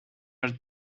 are